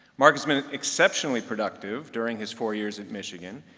mark has been exceptionally productive during his four years at michigan.